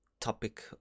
topic